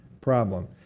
problem